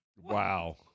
Wow